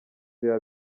biba